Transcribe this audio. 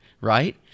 right